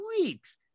weeks